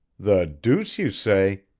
the deuce you say!